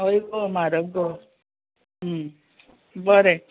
हय गो म्हारग गो बरें